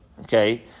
Okay